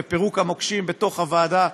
ופירוק המוקשים בוועדה,